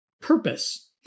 purpose